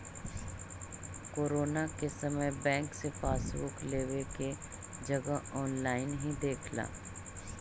corona के समय bank से पासबुक लेवे के जगह ऑनलाइन ही देख ला